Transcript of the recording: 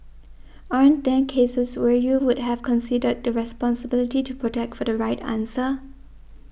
aren't there cases where you would have considered the responsibility to protect for the right answer